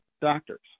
doctors